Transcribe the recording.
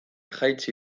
jaitsi